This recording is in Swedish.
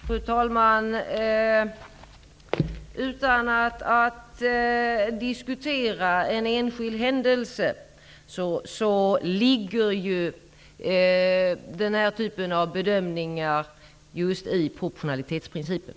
Fru talman! Utan att diskutera en enskild händelse vill jag säga att den här typen av bedömningar ligger i proportionalitetsprincipen.